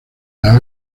las